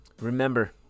Remember